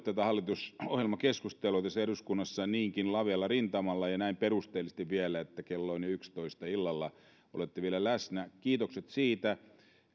tätä hallitusohjelmakeskustelua tässä eduskunnassa niinkin lavealla rintamalla ja näin perusteellisesti vielä että kello on jo yhdellätoista illalla ja olette vielä läsnä kiitokset siitä